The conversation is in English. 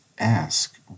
ask